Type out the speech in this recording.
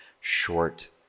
short